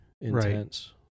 intense